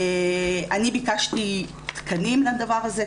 אני ביקשתי תקנים לדבר הזה,